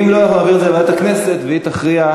אם לא, נעביר את זה לוועדת הכנסת והיא תכריע.